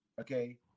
okay